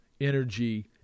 energy